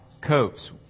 copes